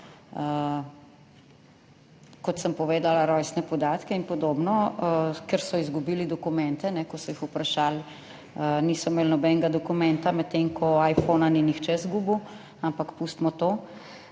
kot sem povedala, rojstne podatke in podobno, ker so izgubili dokumente. Ko so jih vprašali, niso imeli nobenega dokumenta, medtem ko iPhona ni nihče izgubil, ampak pustimo.